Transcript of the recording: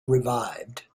revived